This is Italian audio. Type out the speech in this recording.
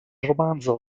romanzo